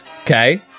Okay